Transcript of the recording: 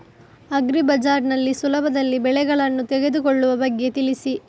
agri bazaar ನಲ್ಲಿ ಸುಲಭದಲ್ಲಿ ಬೆಳೆಗಳನ್ನು ತೆಗೆದುಕೊಳ್ಳುವ ಬಗ್ಗೆ ತಿಳಿಸಿ